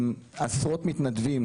עם עשרות מתנדבים